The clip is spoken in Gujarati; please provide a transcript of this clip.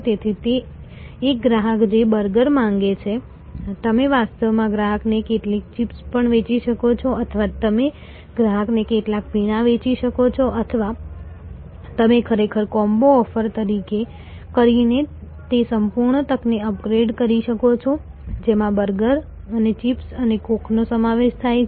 તેથી એક ગ્રાહક જે બર્ગર માંગે છે તમે વાસ્તવમાં ગ્રાહકને કેટલીક ચિપ્સ પણ વેચી શકો છો અથવા તમે ગ્રાહકને કેટલાક પીણાં વેચી શકો છો અથવા તમે ખરેખર કોમ્બો ઓફર કરીને તે સંપૂર્ણ તકને અપગ્રેડ કરી શકો છો જેમાં બર્ગર અને ચિપ્સ અને કોકનો સમાવેશ થાય છે